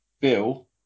Bill